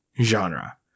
genre